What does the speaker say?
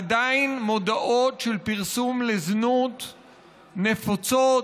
עדיין מודעות של פרסום לזנות נפוצות,